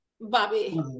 Bobby